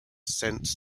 sent